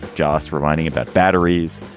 josh, were whining about batteries.